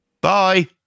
bye